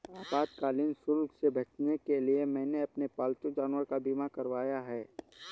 आपातकालीन शुल्क से बचने के लिए मैंने अपने पालतू जानवर का बीमा करवाया है